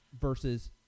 versus